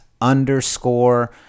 underscore